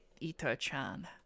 Ito-chan